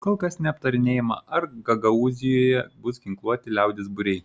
kol kas neaptarinėjama ar gagaūzijoje bus ginkluoti liaudies būriai